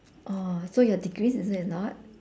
oh so your degrees is it a lot